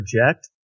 project